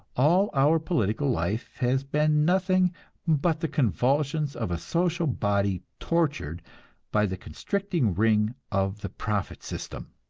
all our political life has been nothing but the convulsions of a social body tortured by the constricting ring of the profit system.